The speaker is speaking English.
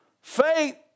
Faith